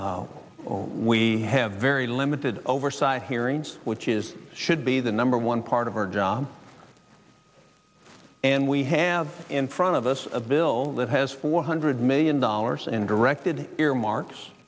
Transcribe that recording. ever we have very limited oversight hearings which is should be the number one part of our job and we have in front of us a bill that has four hundred million dollars in directed earmark